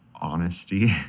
honesty